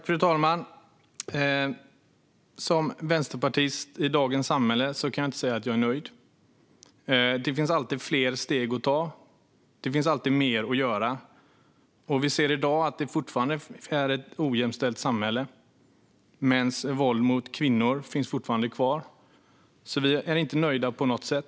Fru talman! Som vänsterpartist i dagens samhälle kan jag inte säga att jag är nöjd. Det finns alltid fler steg att ta. Det finns alltid mer att göra. Vi ser i dag att det fortfarande är ett ojämställt samhälle. Mäns våld mot kvinnor finns fortfarande kvar, så vi är inte nöjda på något sätt.